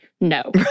no